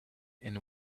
and